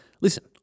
Listen